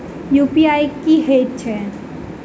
UPI की हएत छई?